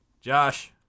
Josh